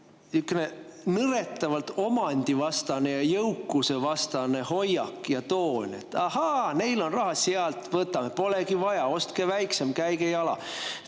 selline nõretavalt omandivastane ja jõukusevastane hoiak ja toon, et ahaa, neil on raha, sealt võtame, polegi vaja, ostke väiksem, käige jala.